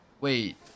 Wait